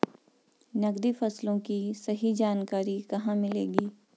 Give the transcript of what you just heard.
नकदी फसलों की सही जानकारी कहाँ मिलेगी?